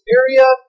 area